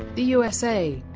the usa.